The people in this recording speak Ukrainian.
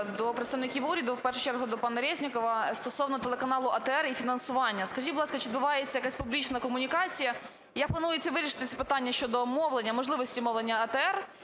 до представників уряду, в першу чергу до пана Резнікова, стосовно телеканалу ATR і фінансування. Скажіть, будь ласка, чи відбувається якась публічна комунікація? Як планується вирішити ці питання щодо мовлення, можливості мовлення ATR,